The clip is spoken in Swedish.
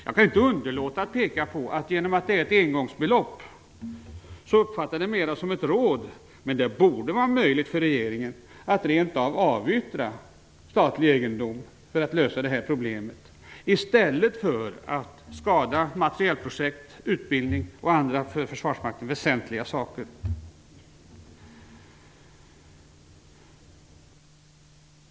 Jag kan inte underlåta att peka på att genom att det gäller ett engångsbelopp uppfattas det mera som ett råd, men det borde vara möjligt för regeringen att rent av avyttra statlig egendom för att lösa det här problemet i stället för att skada materielprojekt, utbildning och andra för försvarsmakten väsentliga saker.